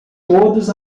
todos